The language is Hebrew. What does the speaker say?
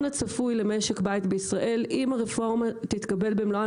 הצפוי למשק בית בישראל אם הרפורמה תתקבל במלואה,